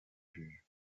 juges